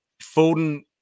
Foden